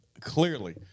clearly